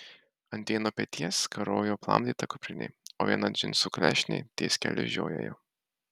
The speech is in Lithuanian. ant vieno peties karojo aplamdyta kuprinė o viena džinsų klešnė ties keliu žiojėjo